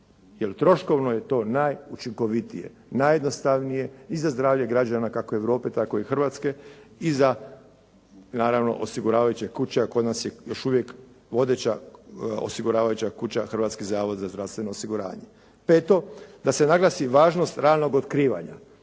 Jer troškovno je to najučinkovitije, najjednostavnije i za zdravlje građana kako Europe, tako i Hrvatske i za naravno osiguravajuće kuće, a kod nas je još uvijek vodeća osiguravajuća kuća Hrvatski zavod za zdravstveno osiguranje. Peto, da se naglasi važnost ranog otkrivanja.